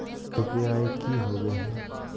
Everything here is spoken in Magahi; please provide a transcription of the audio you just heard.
यू.पी.आई की होवे हय?